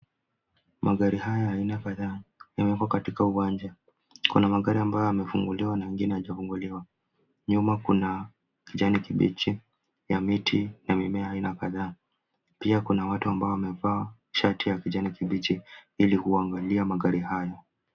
Magari haya haina fadhaa, yamewekwa katika uwanja. Kuna magari ambayo yamefunguliwa na mengine hayajafunguliwa. Nyuma kuna kijani kibichi ya miti na mimea aina kadhaa. Pia kuna watu ambao wamevaa shati ya kijani kibichi ili kuangalia magari hayo.